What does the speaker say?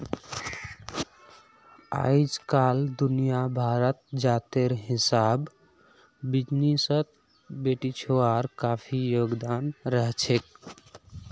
अइजकाल दुनिया भरत जातेर हिसाब बिजनेसत बेटिछुआर काफी योगदान रहछेक